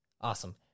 Awesome